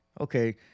Okay